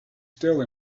still